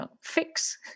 fix